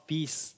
Peace